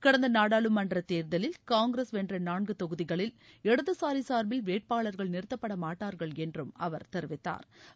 கடந்த நாடாளுமன்ற தேர்தலில் காங்கிரஸ் வென்ற நான்கு தொகுதிகளில் இடதுசாரி சார்பில் வேட்பாளர்கள் நிறுத்தப்படமாட்டா்கள் என்றும் அவர் தெரிவித்தாா்